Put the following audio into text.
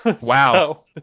wow